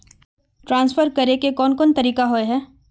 Transfer करे के कोन कोन तरीका होय है?